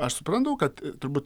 aš suprantu kad turbūt